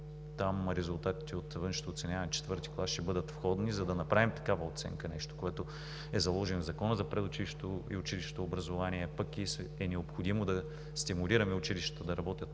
Там резултатите от външното оценяване в ІV клас ще бъдат входни, за да направим такава оценка – нещо, което е заложено в Закона за предучилищното и училищното образование, пък и е необходимо да стимулираме училищата да работят